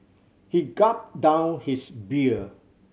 he gulped down his beer